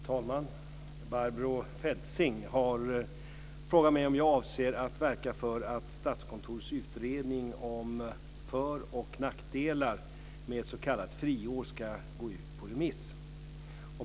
Fru talman! Barbro Feltzing har frågat mig om jag avser att verka för att Statskontorets utredning om för och nackdelar med ett s.k. friår ska gå ut på remiss.